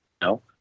No